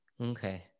Okay